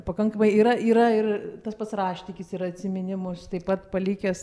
pakankamai yra yra ir tas pats raštikis yra atsiminimus taip pat palikęs